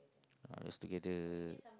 uh just together